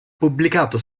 pubblicato